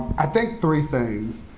i think three things.